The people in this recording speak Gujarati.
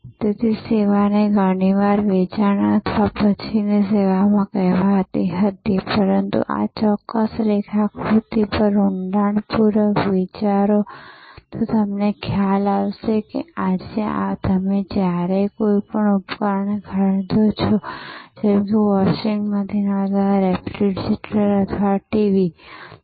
તેથી સેવાને ઘણીવાર વેચાણ પછીની સેવા કહેવામાં આવતી હતી પરંતુ આ ચોક્કસ રેખાકૃતિ પર ઊંડાણપૂર્વક વિચારો અને તમને ખ્યાલ આવે છે કે આજે જ્યારે તમે કોઈ ઉપકરણ ખરીદો છો જેમ કે વોશિંગ મશીન અથવા રેફ્રિજરેટર અથવા ટીવી કહો